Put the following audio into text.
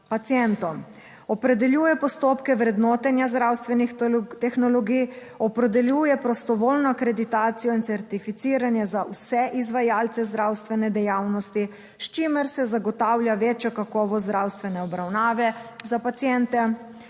Pacientov, opredeljuje postopke vrednotenja zdravstvenih tehnologij, opredeljuje prostovoljno akreditacijo in certificiranje za vse izvajalce zdravstvene dejavnosti. S čimer se zagotavlja večjo kakovost zdravstvene obravnave za paciente.